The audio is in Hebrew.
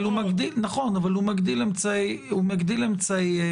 נכון, אבל הוא מגדיל אמצעי מעקב.